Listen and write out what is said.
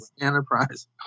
enterprise